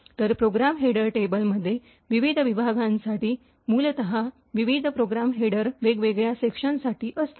तर program header टेबलमध्ये विविध विभागांसाठी मूलत विविध प्रोग्राम हेडर वगवेगळ्या सेक्शनसाठी असतात